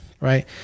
Right